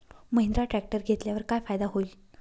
Mahindra tractor घेतल्यावर काय फायदा होईल?